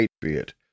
patriot